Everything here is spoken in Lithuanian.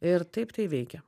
ir taip tai veikia